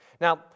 Now